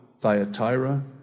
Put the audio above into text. Thyatira